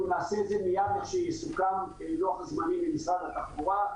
אנחנו נעשה את זה מיד כשיסוכם לוח הזמנים עם משרד התחבורה,